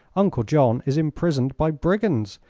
uncle john is imprisoned by brigands,